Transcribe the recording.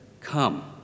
come